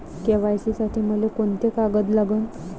KYC साठी मले कोंते कागद लागन?